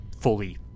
fully